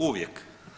Uvijek.